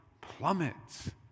plummets